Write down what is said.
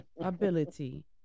ability